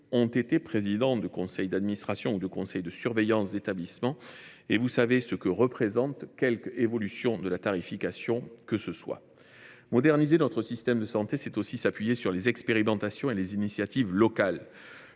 vous présidents de conseils d’administration ou de conseils de surveillance d’établissement savent ce que représente quelque évolution de la tarification que ce soit. Moderniser notre système de santé, c’est aussi s’appuyer sur les expérimentations et les initiatives locales.